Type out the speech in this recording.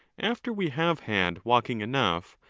after we have had walking enough,